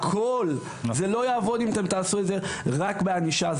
זה לא יעבוד אם תעשו את זה רק בענישה.